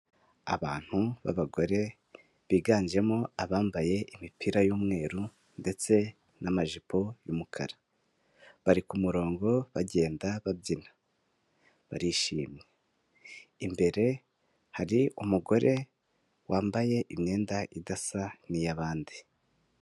Abantu b'abagore biganjemo abambaye imipira y'umweru ndetse n'amajipo y'umukara bari, ku murongo bagenda babyina barishimye. Imbere hari umugore wambaye imyenda idasa n'iy'abandi.